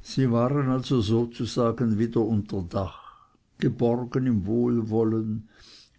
sie waren also sozusagen wieder unter dach geborgen im wohlwollen